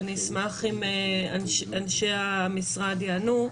ואני אשמח אם אנשי המשרד יענו: